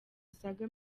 zisaga